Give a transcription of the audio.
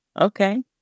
Okay